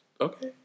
okay